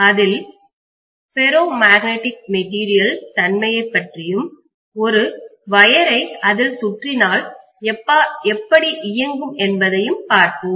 அதில் ferro magnetic material தன்மையை பற்றியும் ஒரு வயரை அதில் சுற்றினால் எப்படி இயங்கும் என்பதையும் பார்ப்போம்